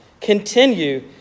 Continue